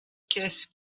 qu’est